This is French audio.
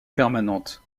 permanente